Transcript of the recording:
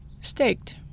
staked